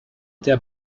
der